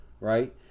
right